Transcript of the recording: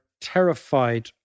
terrified